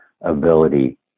ability